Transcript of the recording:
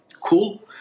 cool